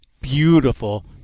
beautiful